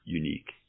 unique